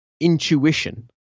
intuition